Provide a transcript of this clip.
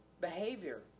behavior